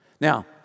now